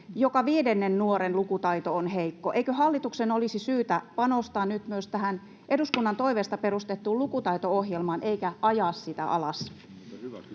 joka viidennen nuoren lukutaito on heikko. Eikö hallituksen olisi syytä panostaa nyt myös tähän eduskunnan toiveesta perustettuun lukutaito-ohjelmaan eikä ajaa sitä alas?